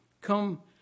Come